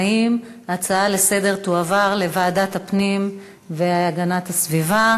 לסדר-היום תועבר לוועדת הפנים והגנת הסביבה.